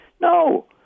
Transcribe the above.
No